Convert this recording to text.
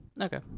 Okay